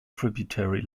tributary